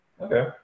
Okay